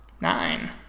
nine